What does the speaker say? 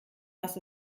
was